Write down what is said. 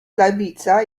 lewica